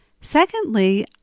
Secondly